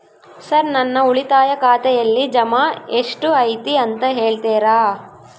Sir ನನ್ನ ಉಳಿತಾಯ ಖಾತೆಯಲ್ಲಿ ಜಮಾ ಎಷ್ಟು ಐತಿ ಅಂತ ಹೇಳ್ತೇರಾ?